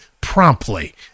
promptly